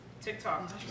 TikTok